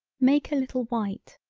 make a little white,